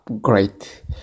great